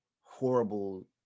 horrible